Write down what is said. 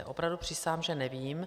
Opravdu přísahám, že nevím.